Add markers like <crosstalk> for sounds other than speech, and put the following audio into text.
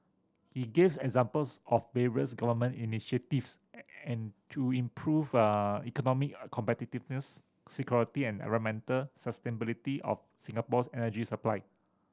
he gave examples of various Government initiatives <unintelligible> and to improve <hesitation> economic competitiveness security and environmental sustainability of Singapore's energy supply